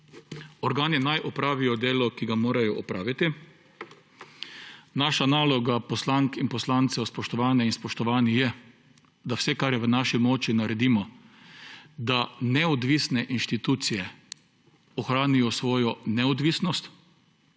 Organi naj opravijo delo, ki ga morajo opraviti. Naša naloga, poslank in poslancev, spoštovane in spoštovani, je, da vse, kar je v naši moči, naredimo, da neodvisne inštitucije ohranijo svojo neodvisnost,